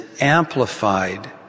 amplified